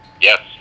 Yes